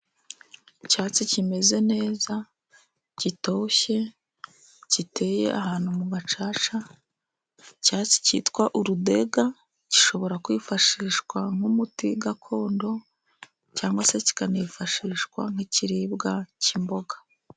Icyatsi kimeze neza gitoshye, giteye ahantu mu gacaca, icyatsi cyitwa Urudega gishobora kwifashishwa nk'umuti gakondo, cyangwa se kikanifashishwa nk'ibiribwa cy'imboga.